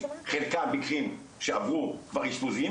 חלקם מקרים שעברו כבר אשפוזים,